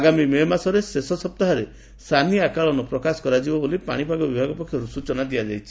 ଆଗାମୀ ମେ' ମାସ ଶେଷ ସପ୍ତାହରେ ସାନି ଆକଳନ ପ୍ରକାଶ କରାଯିବ ବୋଲି ପାଶିପାଗ ବିଭାଗ ପକ୍ଷରୁ ସ୍ଚନା ଦିଆଯାଇଛି